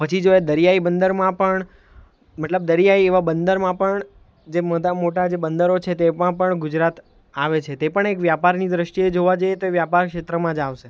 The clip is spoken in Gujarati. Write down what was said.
પછી જોએ દરિયાઈ બંદરમાં પણ મતલબ દરિયા એવા બંદરમાં પણ જે મોટા મોટા જે બંદરો છે તે પણમાં ગુજરાત આવે છે તે પણ એક વ્યાપારની દૃષ્ટિએ જોવા જઈએ તો વ્યાપાર ક્ષેત્રમાં જ આવશે